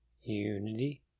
Unity